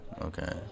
okay